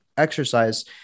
exercise